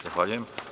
Zahvaljujem.